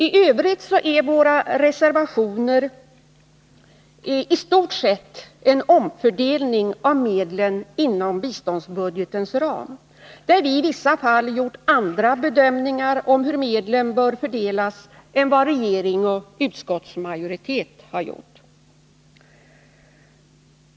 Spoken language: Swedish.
I övrigt innebär våra reservationer i stort sett en omfördelning av medlen inom biståndsbudgetens ram, där vi i vissa fall gjort andra bedömningar om hur medlen bör fördelas än vad regering och utskottsmajoritet har gjort.